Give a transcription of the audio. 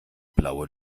blaue